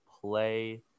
play